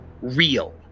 real